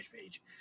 page